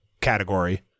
category